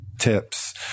tips